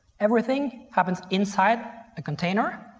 everything happens inside a container.